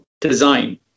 design